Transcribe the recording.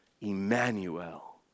Emmanuel